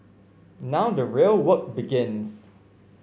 now the real work begins